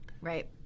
Right